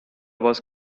was